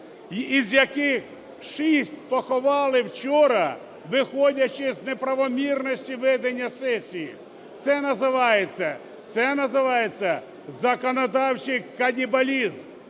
з яких шість поховали вчора, виходячи з неправомірності ведення сесії. Це називається – законодавчий канібалізм.